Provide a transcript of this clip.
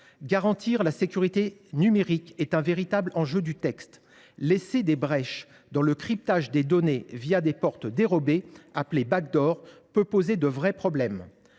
Garantir la sécurité numérique constitue un véritable enjeu du texte. Laisser des brèches dans le cryptage des données, des « portes dérobées », appelées, peut poser de véritables problèmes.